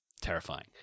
terrifying